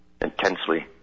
Intensely